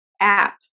app